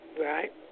Right